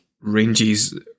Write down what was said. ranges